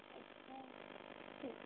अच्छा ठीक है